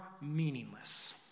meaningless